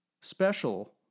special